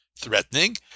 threatening